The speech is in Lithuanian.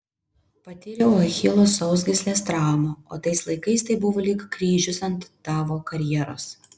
patyriau achilo sausgyslės traumą o tais laikais tai buvo lyg kryžius ant tavo karjeros